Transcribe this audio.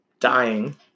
dying